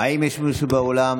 האם יש מישהו באולם